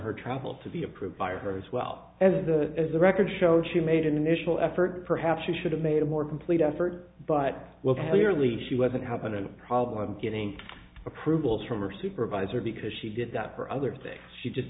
her travel to be approved by her as well as the as the record shows she made an initial effort perhaps she should have made a more complete effort but will clearly she wasn't happening a problem getting approvals from her supervisor because she did that for other things she just